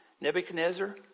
Nebuchadnezzar